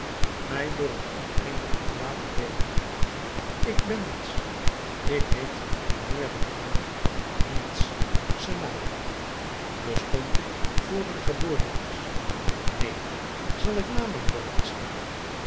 mij door het oneindige te laten beet nemen ik ben niets ik heet mijnheer de graaf niets senator bestond ik vr ik geboren was neen zal ik na mijn dood bestaan